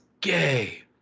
gay